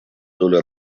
долю